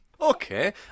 Okay